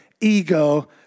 ego